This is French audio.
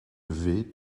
vais